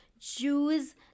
Jews